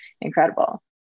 incredible